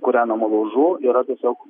kūrenamų laužų yra tiesiog